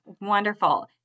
Wonderful